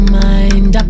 mind